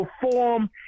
perform